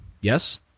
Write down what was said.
yes